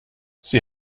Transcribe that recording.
sie